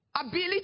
ability